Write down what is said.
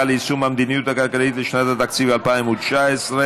ליישום המדיניות הכלכלית לשנת התקציב 2019),